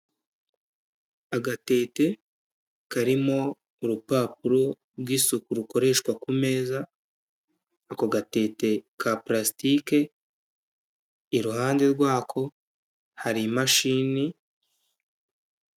Agatete karimo urupapuro rw'isuku rukoreshwa ku meza, ako gatete ka purasikite iruhande rwako hari imashini.